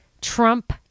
Trump